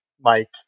Mike